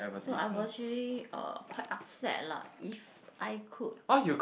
so I was really uh quite upset lah if I could